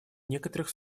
некоторых